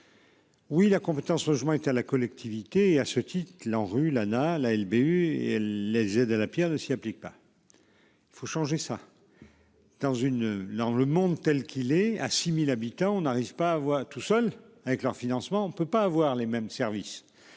Oui la compétence logement est à la collectivité et à ce titre l'ANRU là a la LBU et les aides à la Pierre ne s'applique pas. Faut changer ça. Dans une large le monde tel qu'il est à 6000 habitants. On n'arrive pas à voir tout seul avec leur financement. On ne peut pas avoir les mêmes services.